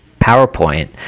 PowerPoint